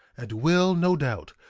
and will, no doubt,